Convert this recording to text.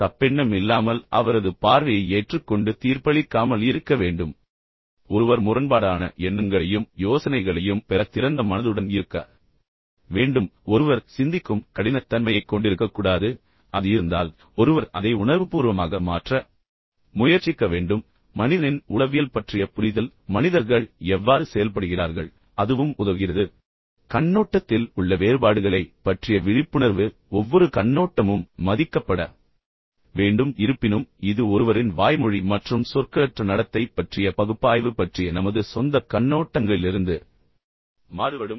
எனவே தப்பெண்ணம் இல்லாமல் அவரது பார்வையை ஏற்றுக்கொண்டு தீர்ப்பளிக்காமல் இருக்க வேண்டும் மேலும் ஒருவர் முரண்பாடான எண்ணங்களையும் யோசனைகளையும் பெற திறந்த மனதுடன் இருக்க வேண்டும் ஒருவர் ஒருவர் சிந்திக்கும் கடினத்தன்மையைக் கொண்டிருக்கக்கூடாது அது இருந்தால் ஒருவர் அதை உணர்வுபூர்வமாக மாற்ற முயற்சிக்க வேண்டும் மற்றும் மனிதனின் உளவியல் பற்றிய புரிதல் மனிதர்கள் எவ்வாறு செயல்படுகிறார்கள் அதுவும் உதவுகிறது மற்றும் கண்ணோட்டத்தில் உள்ள வேறுபாடுகளைப் பற்றிய விழிப்புணர்வு ஒவ்வொரு கண்ணோட்டமும் மதிக்கப்பட வேண்டும் இருப்பினும் இது ஒருவரின் வாய்மொழி மற்றும் சொற்களற்ற நடத்தை பற்றிய பகுப்பாய்வு பற்றிய நமது சொந்தக் கண்ணோட்டங்களிலிருந்து மாறுபடும்